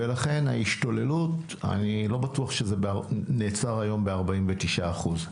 ולכן ההשתוללות לא בטוח שנעצר היום ב-49%.